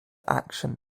action